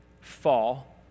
fall